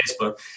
Facebook